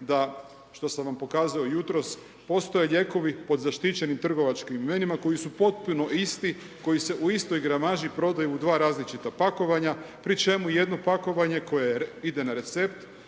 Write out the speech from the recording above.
da, što sam vam pokazao jutros, postoje lijekovi pod zaštićenim trgovačkim imenima koji su potpuno isti, koji se u istoj gramaži prodaju u dva različita pakovanja pri čemu jedno pakovanje koje ide na recept